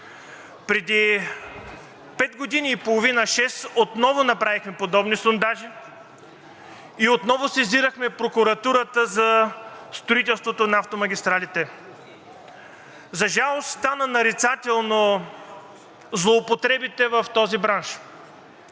Преди пет години и половина-шест отново направихме подобни сондажи и отново сезирахме прокуратурата за строителството на автомагистралите. За жалост, станаха нарицателни злоупотребите в този бранш.